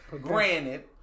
Granted